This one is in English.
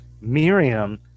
Miriam